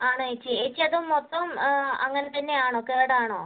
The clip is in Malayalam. ആണോ ചേച്ചി ചേച്ചി അത് മൊത്തം അങ്ങനെ തന്നെ ആണോ കേടാണോ